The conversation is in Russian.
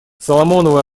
соломоновы